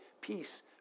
peace